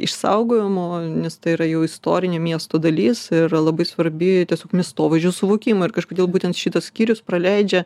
išsaugojimu nes tai yra jau istorinė miesto dalis yra labai svarbi tiesiog miestovaizdžio suvokimą ir kažkodėl būtent šitas skyrius praleidžia